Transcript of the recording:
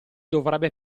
dovrebbe